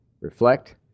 reflect